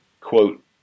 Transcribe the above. quote